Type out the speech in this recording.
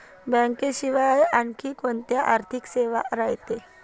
बँकेशिवाय आनखी कोंत्या आर्थिक सेवा रायते?